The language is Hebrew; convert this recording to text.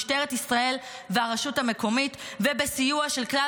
משטרת ישראל והרשות המקומית ובסיוע של כלל